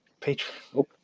Patreon